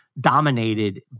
dominated